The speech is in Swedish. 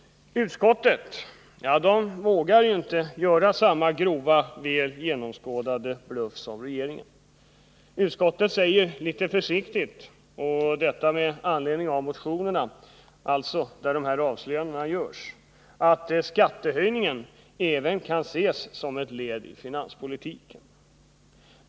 Utskottet däremot ”vågar” inte göra samma grova, väl genomskådade, bluff som regeringen. Utskottet säger litet försiktigt — och detta med anledning av motionerna, där dessa avslöjanden alltså görs — att skattehöjningen ”även kan ses som ett led i finanspolitiken”.